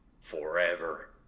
forever